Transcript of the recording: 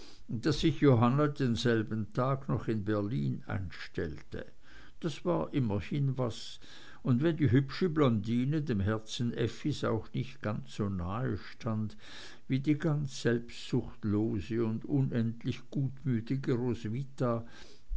daß sich johanna denselben tag noch in berlin einstellte das war immerhin was und wenn die hübsche blondine dem herzen effis auch nicht ganz so nahe stand wie die ganz selbstsuchtslose und unendlich gutmütige roswitha